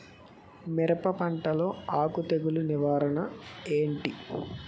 మిరప పంటలో ఆకు తెగులు నివారణ ఏంటి?